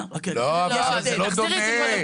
זה לא דומה.